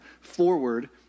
forward